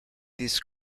these